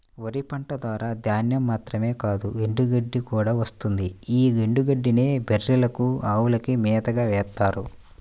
వరి పంట ద్వారా ధాన్యం మాత్రమే కాదు ఎండుగడ్డి కూడా వస్తుంది యీ ఎండుగడ్డినే బర్రెలకు, అవులకు మేతగా వేత్తారు